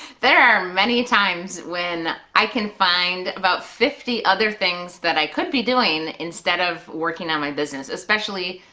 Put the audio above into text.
there are many times when i can find about fifty other things that i could be doing instead of working on my business, especially,